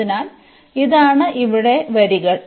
അതിനാൽ ഇതാണ് ഇവിടെ വരികൾ